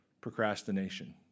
procrastination